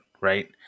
right